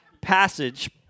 passage